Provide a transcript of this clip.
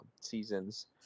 seasons